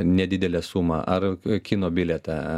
nedidelę sumą ar kino bilietą